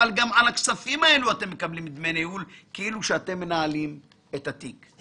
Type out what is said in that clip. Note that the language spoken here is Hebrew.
אבל גם על הכספים האלו אתם מקבלים דמי ניהול כאילו שאתם מנהלים את התיק.